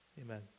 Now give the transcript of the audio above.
Amen